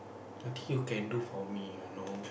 I think you can do for me you know